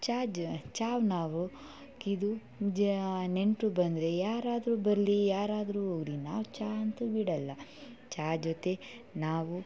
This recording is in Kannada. ಚಹ ಜೊ ಚಹ ನಾವು ಇದು ನೆಂಟರು ಬಂದರೆ ಯಾರಾದರು ಬರಲಿ ಯಾರಾದರು ಹೋಗ್ಲಿ ನಾವು ಚಹ ಅಂತು ಬಿಡೋಲ್ಲ ಚಹ ಜೊತೆ ನಾವು